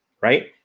right